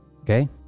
okay